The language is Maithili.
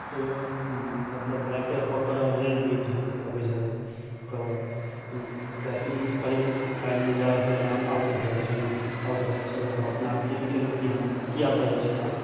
मतलब बैट पकड़ऽ नहि ढंग से अबै छलथि तऽ ई बैटिंग करैत टाइम मे जादा से जादा हम आउट भऽ जाइ छलहुॅं तऽ हम अपना आपके ई केलहुॅं की हम किया भऽ जाइ छै आउट